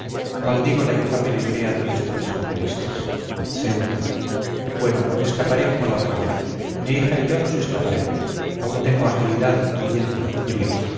maldigo la infame librea del despotismo que vistes ceuta bueno me escaparé como la otra vez mi hija y yo nos escaparemos aún tengo agilidad aliento brío